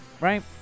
right